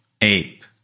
ape